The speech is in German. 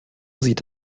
sieht